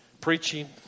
preaching